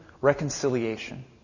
reconciliation